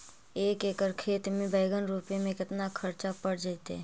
एक एकड़ खेत में बैंगन रोपे में केतना ख़र्चा पड़ जितै?